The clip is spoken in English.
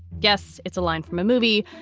yes. it's a line from a movie,